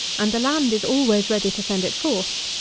and the land is always ready to send it forth.